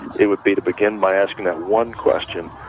it would be to begin by asking that one question,